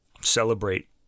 celebrate